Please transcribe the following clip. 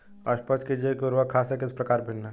स्पष्ट कीजिए कि उर्वरक खाद से किस प्रकार भिन्न है?